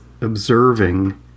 observing